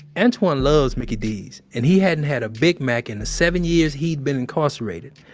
antwan loves mickey d's and he hadn't had a big mac in the seven years he had been incarcerated.